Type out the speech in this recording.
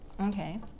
Okay